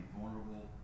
vulnerable